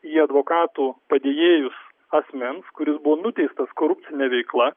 į advokatų padėjėjus asmens kuris buvo nuteistas korupcine veikla